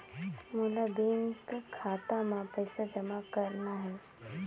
मोला बैंक खाता मां पइसा जमा करना हे?